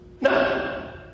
No